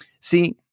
see